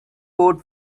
port